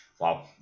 wow